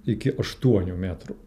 iki aštuonių metrų